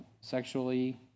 sexually